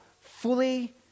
fully